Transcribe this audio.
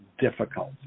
difficult